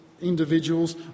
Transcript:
individuals